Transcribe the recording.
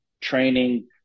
training